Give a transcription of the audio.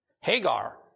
Hagar